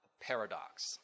Paradox